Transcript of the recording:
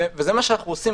וזה מה שאנחנו עושים.